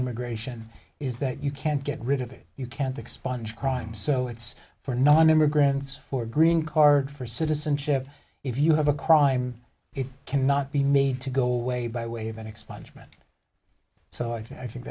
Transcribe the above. immigration is that you can't get rid of it you can't expunge crime so it's for non immigrants for a green card for citizenship if you have a crime it cannot be made to go away by way of an expungement so i think